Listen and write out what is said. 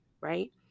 right